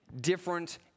different